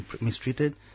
mistreated